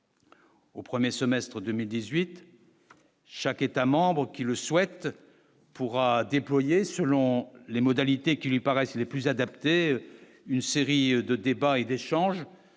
Au 1er semestre 2018, chaque État membre qui le souhaite pourra déployer selon les modalités qui lui paraissent les plus adaptées, une série de débats et d'échanges